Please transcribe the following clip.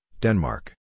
Denmark